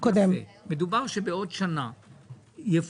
מדובר על כך שבעוד שנה יפוטרו,